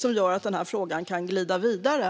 som gör att den här frågan kan glida vidare.